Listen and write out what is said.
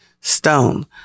Stone